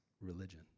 religion